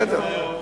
בסדר.